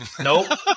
Nope